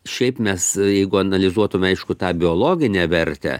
šiaip mes jeigu analizuotume aišku tą biologinę vertę